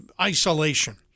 isolation